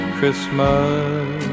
Christmas